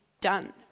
done